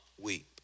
weep